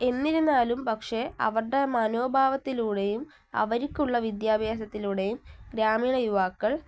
എന്നിരുന്നാലും പക്ഷെ അവരുടെ മനോഭാവത്തിലൂടെയും അവർക്കുള്ള വിദ്യാഭ്യാസത്തിലൂടെയും ഗ്രാമീണ യുവാക്കൾ